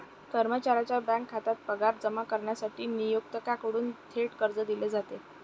कर्मचाऱ्याच्या बँक खात्यात पगार जमा करण्यासाठी नियोक्त्याकडून थेट कर्ज दिले जाते